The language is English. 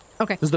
Okay